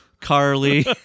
Carly